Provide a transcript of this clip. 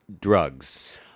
drugs